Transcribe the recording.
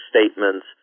statements